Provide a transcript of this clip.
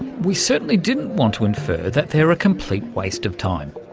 we certainly didn't want to infer that they're a complete waste of time.